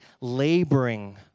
laboring